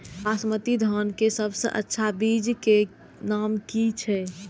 बासमती धान के सबसे अच्छा बीज के नाम की छे?